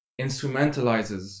instrumentalizes